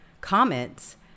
comments